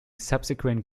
subsequent